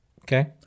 Okay